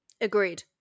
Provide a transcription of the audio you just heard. Agreed